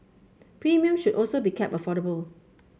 premiums should also be kept affordable